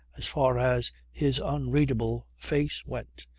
as far as his unreadable face went,